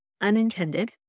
unintended